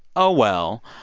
oh, well.